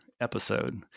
episode